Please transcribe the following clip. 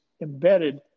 embedded